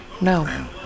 no